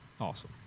awesome